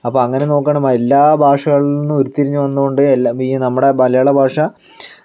അപ്പോൾ അങ്ങനെ നോക്കുകയാണെ എല്ലാ ഭാഷകളിൽ നിന്നും ഉരി തിരിഞ്ഞു വന്നു കൊണ്ട് ഈ നമ്മുടെ മലയാള ഭാഷ